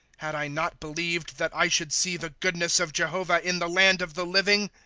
had i not believed that i should see the goodness of jehovah, in the land of the living!